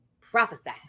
prophesy